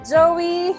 Joey